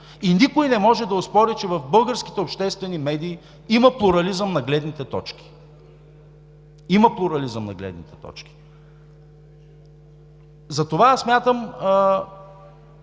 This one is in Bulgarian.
И никой не може да оспори, че в българските обществени медии има плурализъм на гледните точки, има плурализъм на гледните точки. Затова смятам,